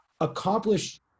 accomplish